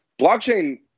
blockchain